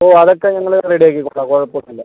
ഓ അതൊക്കെ ഞങ്ങൾ റെഡി ആക്കിക്കോളാം കുഴപ്പം ഒന്നും ഇല്ല